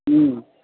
हूँ